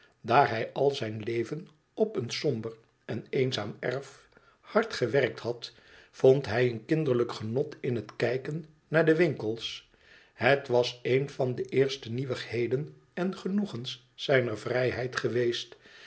daar hij al zijn leven op een somber en eenzaam erf hard gewerkt had vond hij een kinderlijk genot in het kijken naar de winkels het was een van de eerste nieuwigheden en genoegens zijner vrijheid geweest